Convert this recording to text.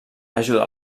ajuda